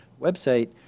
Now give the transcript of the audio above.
website